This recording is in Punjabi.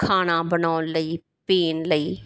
ਖਾਣਾ ਬਣਾਉਣ ਲਈ ਪੀਣ ਲਈ